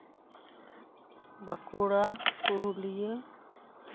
Bankura Purulia